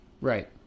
Right